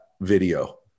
video